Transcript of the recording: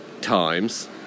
times